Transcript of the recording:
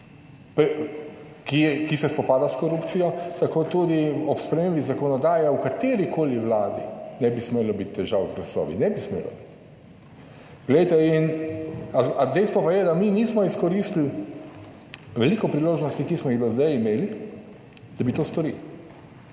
ki se spopada s korupcijo, tako tudi ob spremembi zakonodaje v katerikoli vladi ne bi smelo biti težav z glasovi, ne bi smelo. Glejte in, a dejstvo pa je, da mi nismo izkoristili veliko priložnosti, ki smo jih do zdaj imeli, da bi to storili.